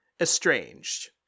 Estranged